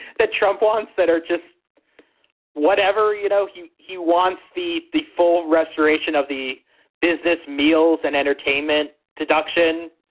that trump wants that are just whatever. you know, he he wants the the full restoration of the business meals and entertainment deduction,